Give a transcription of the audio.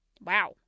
Wow